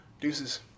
Deuces